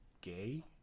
Gay